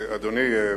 אדוני,